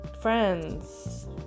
friends